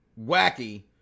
wacky